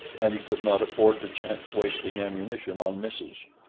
and he could not afford to chance wasting ammunition on misses.